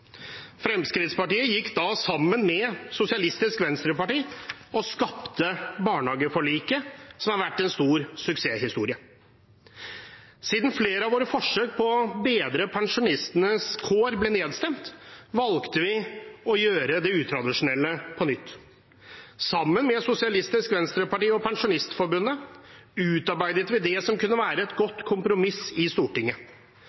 Fremskrittspartiet gikk da sammen med Sosialistisk Venstreparti og skapte barnehageforliket, som har vært en stor suksesshistorie. Siden flere av våre forsøk på å bedre pensjonistenes kår ble nedstemt, valgte vi å gjøre det utradisjonelle på nytt. Sammen med Sosialistisk Venstreparti og Pensjonistforbundet utarbeidet vi det som kunne være et